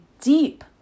deep